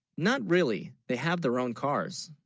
not really they have their own cars